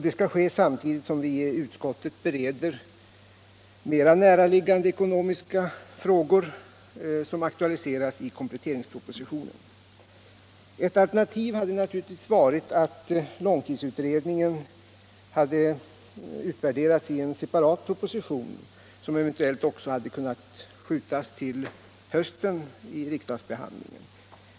Den skall ske samtidigt som vi i utskottet bereder mera näraliggande ekonomiska frågor, som aktualiseras i kompletteringspropositionen. Ett alternativ hade naturligtvis varit att långtidsutredningen hade utvärderats i en separat proposition, vars riksdagsbehandling eventuellt hade kunnat skjutas till hösten.